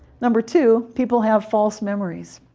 number two, people have false memories